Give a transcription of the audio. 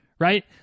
right